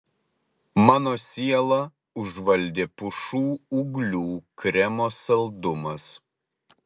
mano sielą užvaldė pušų ūglių kremo saldumas